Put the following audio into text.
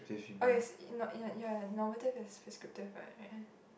oh yes it not ya ya normative is prescriptive right ya